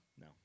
No